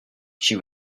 she